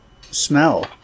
smell